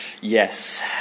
Yes